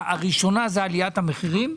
הראשונה, זה עליית המחירים,